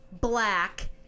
black